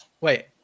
Wait